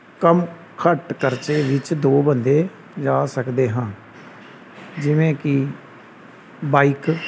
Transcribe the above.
ਕਮ ਘੱਟ ਖਰਚੇ ਵਿੱਚ ਦੋ ਬੰਦੇ ਜਾ ਸਕਦੇ ਹਾਂ ਜਿਵੇਂ ਕਿ ਬਾਈਕ